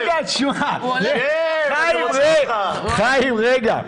חיים, רגע.